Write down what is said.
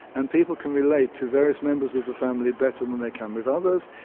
and people can relate to various members of the family better than they can with others,